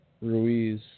Ruiz